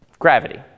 Gravity